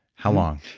how long?